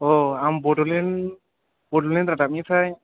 आं बड'लेण्ड रादाबनिफ्राय